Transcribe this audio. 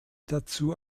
dazu